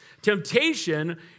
Temptation